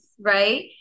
right